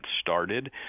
started